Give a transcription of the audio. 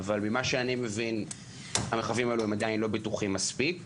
אבל ממה שאני מבין המרחבים האלה עדיין לא בטוחים מספיק.